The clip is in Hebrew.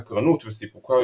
סקרנות וסיפוקה,